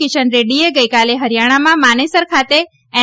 કિશન રેડ્ડીએ ગઇકાલે હરીયાણામાં માનેસર ખાતે એન